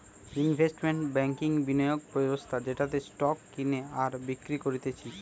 investment ব্যাংকিংবিনিয়োগ ব্যবস্থা যেটাতে স্টক কেনে আর বিক্রি করতিছে